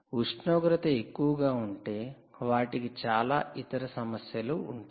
ఉష్ణోగ్రత ఎక్కువగా ఉంటే వాటికి చాలా ఇతర సమస్యలు ఉంటాయి